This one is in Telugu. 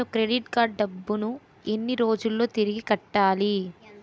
నేను క్రెడిట్ కార్డ్ డబ్బును ఎన్ని రోజుల్లో తిరిగి కట్టాలి?